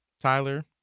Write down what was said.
tyler